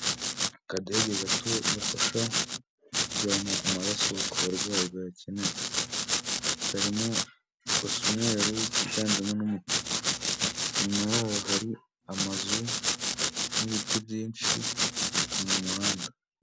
Akadege gato gafasha kujyana amaraso ku barwayi bayakeneye, karimo gusa umweru higanjemo n'umutuku, inyuma yaho hari amazu n'ibiti byinshi mu muhanda.